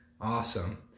Awesome